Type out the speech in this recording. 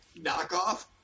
knockoff